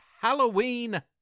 Halloween